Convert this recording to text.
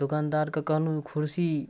दोकानदारके कहलहुँ कुरसी